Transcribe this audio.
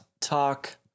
talk